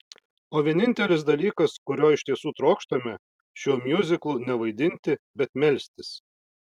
o vienintelis dalykas kurio iš tiesų trokštame šiuo miuziklu ne vaidinti bet melstis